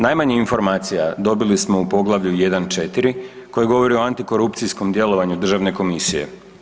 Najmanje informacija dobili smo u poglavlju 1.4 koji govori o antikorupcijskom djelovanju Državne komisije.